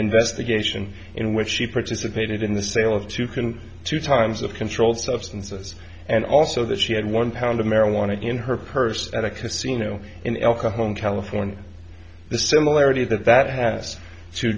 investigation in which she participated in the sale of two can two times of controlled substances and also that she had one pound of marijuana in her purse at a casino in elko home california the similarity that that has to